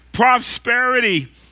prosperity